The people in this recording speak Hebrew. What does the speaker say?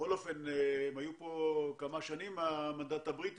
אין תקדים בעולם למעבר לגז טבעי כל כך מהיר כמו שקרה במדינת ישראל.